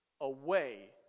away